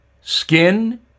skin